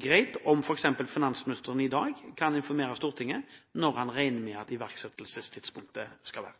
greit om finansministeren i dag kunne informert Stortinget om når han regner med at iverksettelsestidspunktet skal